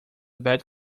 bad